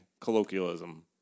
colloquialism